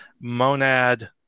Monad